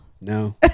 no